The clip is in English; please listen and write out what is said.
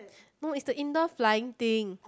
no is the inter flying thing